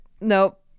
Nope